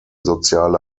soziale